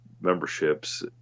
memberships